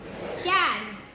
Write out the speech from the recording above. Dad